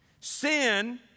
Sin